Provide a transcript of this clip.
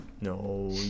No